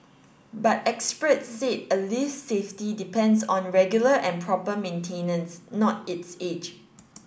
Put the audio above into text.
but experts said a lift's safety depends on regular and proper maintenance not its age